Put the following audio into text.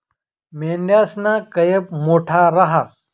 मेंढयासना कयप मोठा रहास